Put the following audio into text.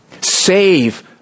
Save